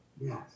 yes